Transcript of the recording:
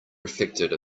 reflected